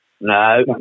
No